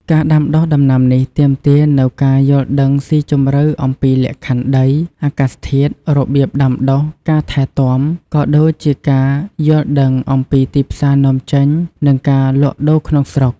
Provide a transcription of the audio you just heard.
ការដាំដុះដំណាំនេះទាមទារនូវការយល់ដឹងស៊ីជម្រៅអំពីលក្ខខណ្ឌដី អាកាសធាតុ របៀបដាំដុះ ការថែទាំ ក៏ដូចជាការយល់ដឹងអំពីទីផ្សារនាំចេញ និងការលក់ដូរក្នុងស្រុក។